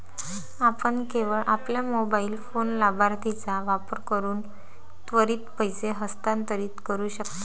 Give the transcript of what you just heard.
आपण केवळ आपल्या मोबाइल फोन लाभार्थीचा वापर करून त्वरित पैसे हस्तांतरित करू शकता